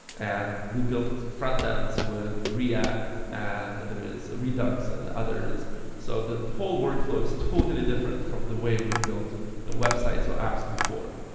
and we built front-ends with react, and there is redux and others so that the whole workflow is totally different from the way we've built the website or so apps before.